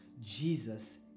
Jesus